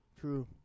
True